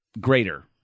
greater